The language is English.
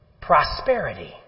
prosperity